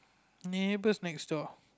neighbours next door